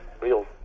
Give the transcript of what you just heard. real